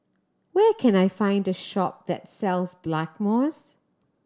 where can I find the shop that sells Blackmores